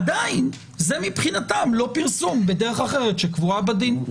עדיין זה מבחינתם לא פרסום בדרך אחרת שקבועה בדין.